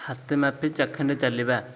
ହାତେ ମାପି ଚାଖଣ୍ଡେ ଚାଲିବା